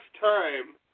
time